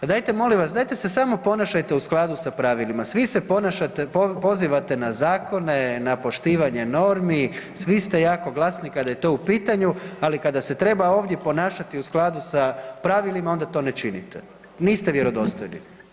Pa dajte molim vas, dajte se samo ponašajte u skladu sa pravilima, svi se ponašate, pozivate na zakone, na poštivanje normi, svi ste jako glasni kada je to u pitanju, ali kada se treba ovdje ponašati u skladu sa pravilima onda to ne činite, niste vjerodostojni.